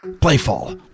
Playful